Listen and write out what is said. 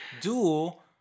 dual